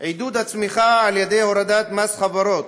עידוד הצמיחה על ידי הורדת מס חברות